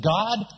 God